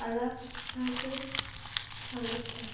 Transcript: অলাভজনক সংস্থা